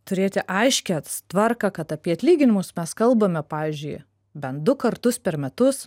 turėti aiškią tvarką kad apie atlyginimus mes kalbame pavyzdžiui bent du kartus per metus